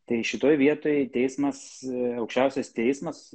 tai šitoj vietoj teismas aukščiausias teismas